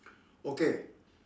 okay